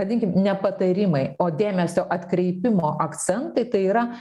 vadinkim ne patarimai o dėmesio atkreipimo akcentai tai yra